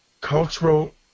cultural